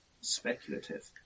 Speculative